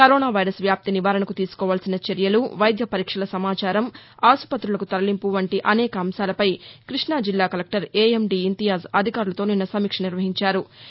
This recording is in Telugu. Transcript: కరోనా వైరస్ వ్యాప్తి నివారణకు తీసుకోవాల్సిన చర్యలు వైద్య పరీక్షల సమాచారం ఆస్పుతులకు తరలింపు వంటి అనేక అంశాలపై కృష్ణా జిల్లా కలెక్టర్ ఏఎండి ఇంతియాజ్ అధికారులతో నిన్న సమీక్ష నిర్వహించారు